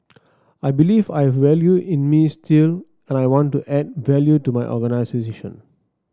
I believe I have value in me still and I want to add value to my organisation